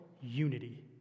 unity